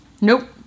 Nope